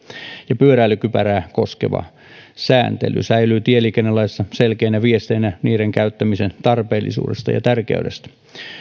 ja pyöräilykypärän käyttöä koskeva sääntely säilyy tieliikennelaissa selkeänä viestinä niiden käyttämisen tarpeellisuudesta ja tärkeydestä